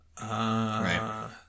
Right